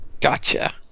Gotcha